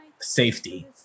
safety